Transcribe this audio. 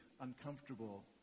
uncomfortable